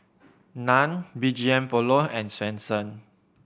Nan B G M Polo and Swensens